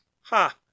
Ha